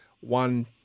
one